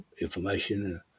information